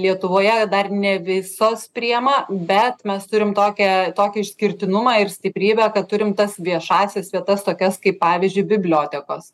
lietuvoje dar ne visos priima bet mes turime tokią tokį išskirtinumą ir stiprybę kad turim tas viešąsias vietas tokias kaip pavyzdžiui bibliotekos